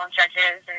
judges